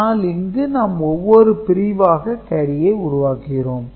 ஆனால் இங்கு நாம் ஒவ்வொரு பிரிவாக கேரியை உருவாக்குகிறோம்